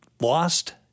lost